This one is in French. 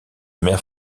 mère